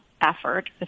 effort